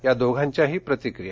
या दोघांच्याही प्रतिक्रिया